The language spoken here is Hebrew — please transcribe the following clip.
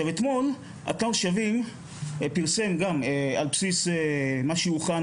אתמול אתר שווים פרסם על בסיס מה שהוכן